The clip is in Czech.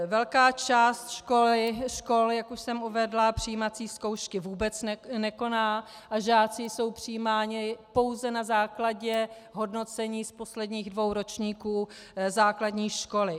Velká část škol, jak už jsem uvedla, přijímací zkoušky vůbec nekoná a žáci jsou přijímáni pouze na základě hodnocení z posledních dvou ročníků základní školy.